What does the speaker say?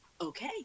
okay